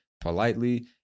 politely